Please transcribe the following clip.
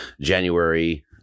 January